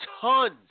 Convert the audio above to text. tons